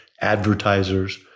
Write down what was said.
Advertisers